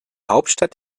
hauptstadt